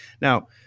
Now